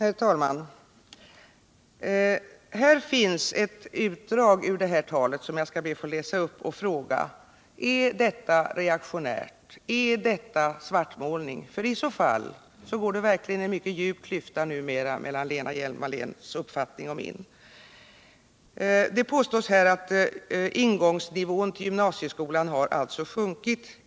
Herr talman! Här finns ett utdrag ur talet som jag skall be att få läsa upp och fråga: Är detta reaktionärt? Är detta svartmålning? I så fall går det verkligen numera en mycket djup klyfta mellan Lena Hjelm-Walléns och min uppfattning. Det påstås här att ingångsnivån till gymnasieskolan har sjunkit.